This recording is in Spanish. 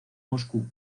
moscú